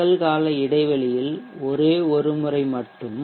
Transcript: பகல் கால இடைவெளியில் ஒரே ஒரு முறை மட்டும்